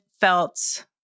felt